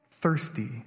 thirsty